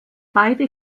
beide